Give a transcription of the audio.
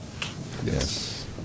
Yes